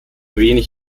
wenig